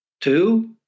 Two